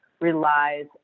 relies